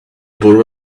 borrow